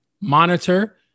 monitor